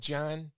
John